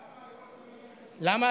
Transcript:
למה,